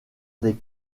des